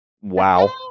Wow